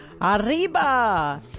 Arriba